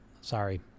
Sorry